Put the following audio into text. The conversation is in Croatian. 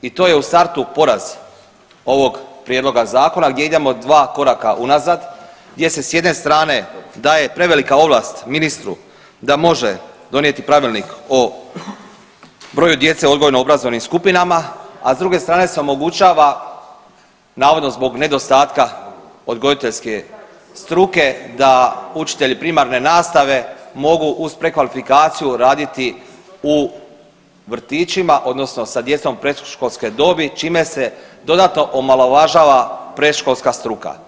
I to je u startu poraz ovog prijedloga zakona gdje idemo 2 koraka unazad jer se s jedne strane daje prevelika ovlast ministru da može donijeti pravilnik o broju djece u odgojno obrazovnim skupinama, a s druge strane se omogućava navodno zbog nedostatka odgojiteljske struke da učitelji primarne nastave mogu uz prekvalifikaciju raditi u vrtićima odnosno sa djecom predškolske dobi čime se dodatno omalovažava predškolska struka.